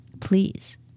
please